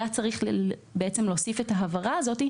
היה צריך להוסיף את ההבהרה הזאת,